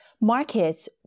markets